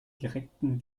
direkten